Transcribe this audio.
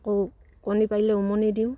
আকৌ কণী পাৰিলে উমনি দিওঁ